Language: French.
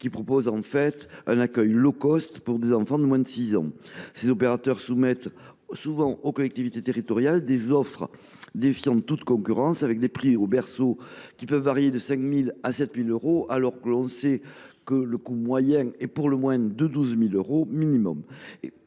qui proposent en fait un accueil pour des enfants de moins de 6 ans. Ces opérateurs soumettent souvent aux collectivités territoriales des offres défiant toute concurrence, avec des prix au berceau qui peuvent varier de 5 000 à 7 000 euros, alors que le coût moyen est au moins de 12 000 euros.